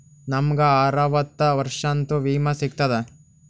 ನಮ್ ಗ ಅರವತ್ತ ವರ್ಷಾತು ವಿಮಾ ಸಿಗ್ತದಾ?